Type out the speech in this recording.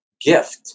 gift